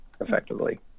effectively